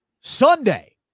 Sunday